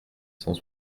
cent